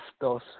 dos